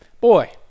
boy